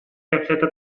кэпсэтэ